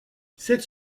cette